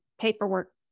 paperwork